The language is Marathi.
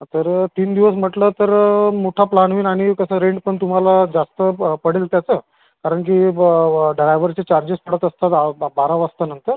तर तीन दिवस म्हटलं तर मोठा प्लॅन व्हील आणि रेंट पण तुम्हाला जास्त पडेल त्याचं कारण की डायव्हरचे चार्जेस पडत असतात बारा वाजतानंतर